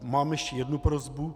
A mám ještě jednu prosbu.